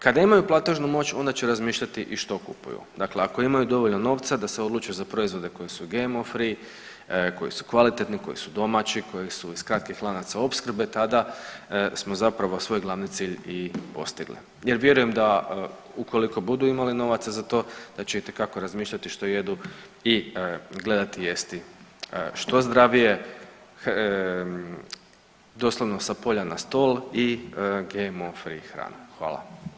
Kada imaju platežnu moć onda će razmišljati i što kupuju, dakle ako imaju dovoljno novca da se odluče za proizvode koji su GMO free, koji su kvalitetni, koji su domaći, koji su iz kratkih lanaca opskrbe tada smo zapravo svoj glavni cilj i postigli jer vjerujem da ukoliko budu imali novaca za to da će itekako razmišljati što jedu i gledati jesti što zdravije, doslovno sa polja na stol i GMO free hranu, hvala.